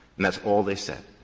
and that's all they said.